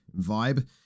vibe